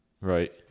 right